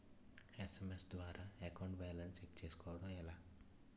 SMS ద్వారా account balance check చేసుకోవటం ఎలా?